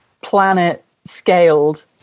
planet-scaled